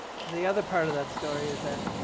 the other part of that story is that